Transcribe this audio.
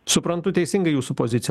suprantu teisingai jūsų poziciją